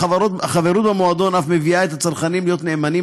החברות במועדון אף מביאה את הצרכנים להיות נאמנים